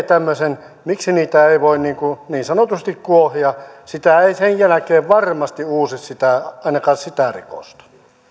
tämmöisen rikoksen ei voi niin sanotusti kuohia sitä ei sen jälkeen varmasti uusi ainakaan sitä rikosta